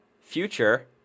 future